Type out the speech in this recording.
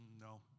no